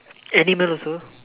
animal also